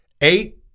eight